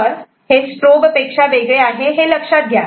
तर हे स्ट्रोब पेक्षा वेगळे आहे हे लक्षात घ्या